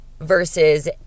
versus